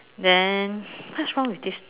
then what's wrong with this